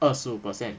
二十五 percent